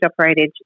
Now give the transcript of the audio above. operated